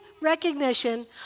recognition